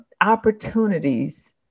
opportunities